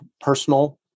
personal